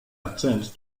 attempt